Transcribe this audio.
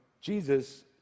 Jesus